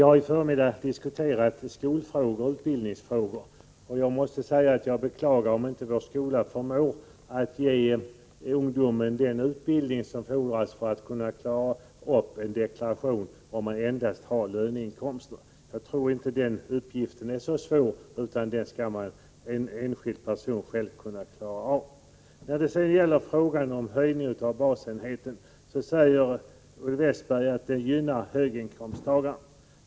Herr talman! Vi diskuterade i förmiddags skolfrågor och utbildningsfrågor, och jag måste säga att jag beklagar om inte vår skola förmår ge ungdomen den utbildning som fordras för att kunna klara av en deklaration om man endast har löneinkomster. Jag tror inte att den uppgiften är så svår, utan den skall en enskild person själv kunna klara. När det gäller höjningen av basenheten säger Olle Westberg att den gynnar höginkomsttagaren.